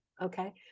Okay